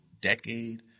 decade